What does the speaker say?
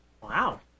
Wow